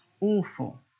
awful